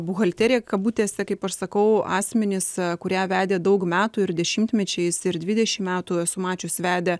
buhalterija kabutėse kaip aš sakau asmenys kurie vedė daug metų ir dešimtmečiais ir dvidešimt metų esu mačius vedė